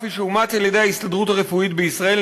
כפי שאוּמץ על-ידי ההסתדרות הרפואית בישראל,